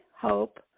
hope